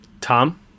Tom